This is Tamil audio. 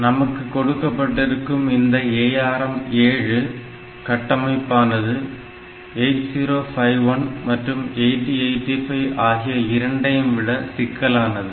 நமக்கு கொடுக்கப்பட்டிருக்கும் இந்த ARM7 கட்டமைப்பானது 8051 மற்றும் 8085 ஆகிய இரண்டையும் விட சிக்கலானது